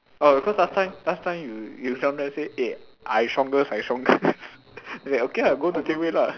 orh because last time last time you you sometimes say eh I strongest I strongest okay lah go to Jian-Hui lah